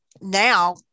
now